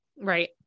right